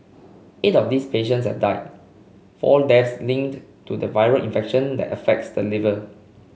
eight of these patients have died four deaths linked to the viral infection that affects the liver